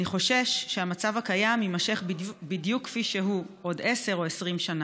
אני חושש שהמצב הקיים יימשך בדיוק כפי שהוא עוד עשר או 20 שנה.